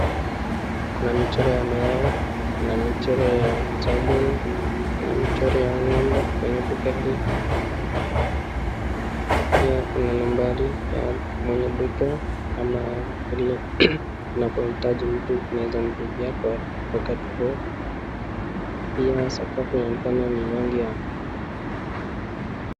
Kuna michoro ya mayai, kuna michoro ya sabuni, kuna michoro ya ng'ombe kwenye duka hili. Pia kuna nambari ya mwenye duka ama anapohitaji mtu anaweza mpigia kwa wakati huo. Pia sakafu inaonekana ni rangi ya